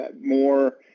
more